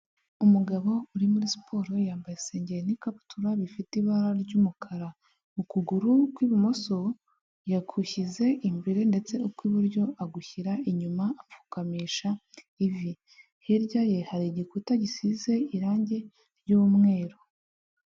Umugabo uri muri siporo yambaye isengeri n'ikabutura bifite ibara ry'umukara. Ukuguru kw'ibumoso yagushyize imbere ndetse ukw'iburyo agushyira inyuma apfukamisha ivi. Hirya ye hari igikuta gisize irangi ry'umweru.